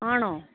ആണോ